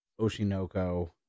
Oshinoko